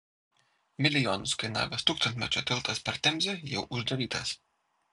milijonus kainavęs tūkstantmečio tiltas per temzę jau uždarytas